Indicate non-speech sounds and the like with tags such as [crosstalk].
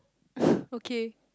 [breath] okay